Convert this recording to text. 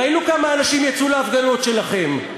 ראינו כמה אנשים יצאו להפגנות שלכם,